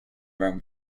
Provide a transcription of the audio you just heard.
rome